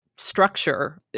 Structure